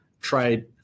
trade